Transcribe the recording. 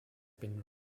been